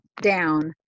down